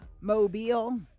Mobile